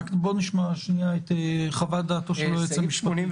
בוא נשמע שנייה את חוות דעתו של היועץ המשפטי.